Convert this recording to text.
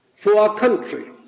for our country